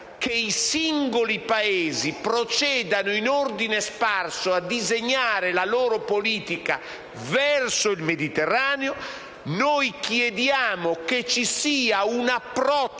che i singoli Paesi procedano in ordine sparso a disegnare la loro politica verso il Mediterraneo; noi chiediamo che vi sia un approccio